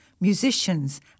musicians